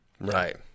Right